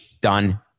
done